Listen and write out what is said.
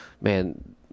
man